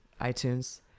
itunes